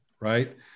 right